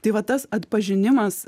tai va tas atpažinimas